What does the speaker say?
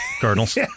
Cardinals